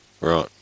Right